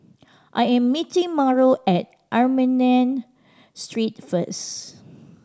I am meeting Mauro at Armenian Street first